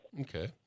Okay